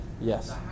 Yes